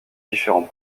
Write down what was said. différents